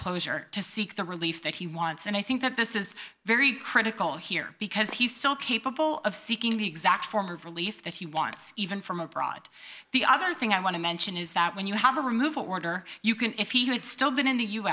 closure to seek the relief that he wants and i think that this is very critical here because he's so capable of seeking the exact form of relief that he wants even from abroad the other thing i want to mention is that when you have a removal order you can if he had still been in the u